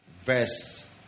verse